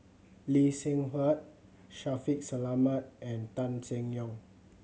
Lee Seng Huat Shaffiq Selamat and Tan Seng Yong